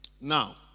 Now